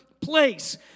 place